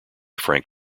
frank